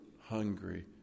hungry